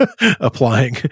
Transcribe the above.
applying